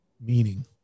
meaning